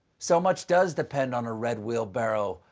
so much does depend on a red wheelbarrow,